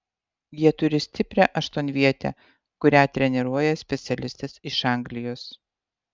jie turi stiprią aštuonvietę kurią treniruoja specialistas iš anglijos